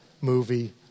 movie